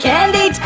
Candy